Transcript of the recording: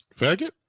faggot